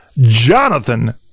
jonathan